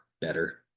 better